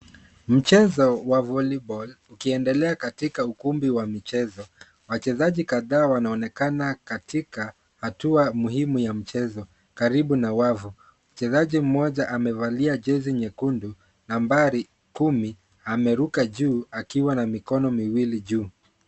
Mchezo wa volleyball ukiendelea katika ukumbi wa michezo. Wachezaji kadhaa wanaonekana katika hatua muhimu ya mchezo. Karibu na wavu mchezaji mmoja amevalia jezi nyekundu nambari kumi ameruka juu akiwa na mikono miwili juu.